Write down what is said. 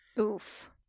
Oof